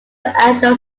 anglo